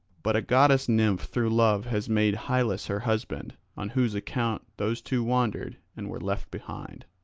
but a goddess-nymph through love has made hylas her husband, on whose account those two wandered and were left behind.